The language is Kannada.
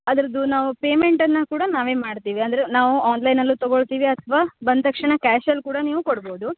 ಅದ್ರುದು ನಾವು ಪೇಮೆಂಟನ್ನು ಕೂಡ ನಾವೆ ಮಾಡ್ತೀವಿ ಅಂದರೆ ನಾವು ಆನ್ಲೈನಲ್ಲೂ ತಗೋಳ್ತೀವಿ ಅಥ್ವ ಬಂದ ತಕ್ಷಣ ಕ್ಯಾಶಲ್ಲಿ ಕೂಡ ನೀವು ಕೋಡ್ಬೋದು